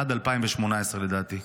עד 2018 לדעתי.